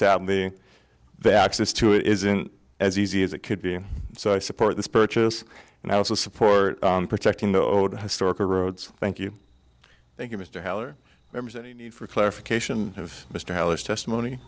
sadly that access to it isn't as easy as it could be so i support this purchase and i also support protecting the old historical roads thank you thank you mr heller members any need for clarification of mr hellish testimony